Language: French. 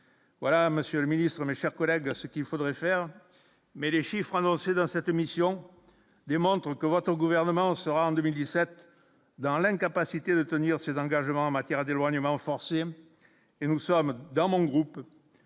voilà, Monsieur le Ministre, mes chers collègues, ce qu'il faudrait faire, mais les chiffres annoncés dans cette émission démontre que votre gouvernement sera en 2017 dans l'incapacité de tenir ses engagements en matière d'éloignement forcé et nous sommes dans mon groupe